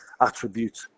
attribute